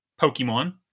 Pokemon